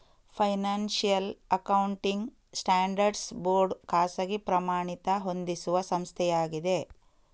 financial accounting standards board ಖಾಸಗಿ ಪ್ರಮಾಣಿತ ಹೊಂದಿಸುವ ಸಂಸ್ಥೆಯಾಗಿದೆ